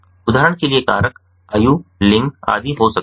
उदाहरण के लिए कारक आयु लिंग आदि हो सकते हैं